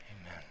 Amen